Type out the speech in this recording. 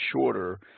shorter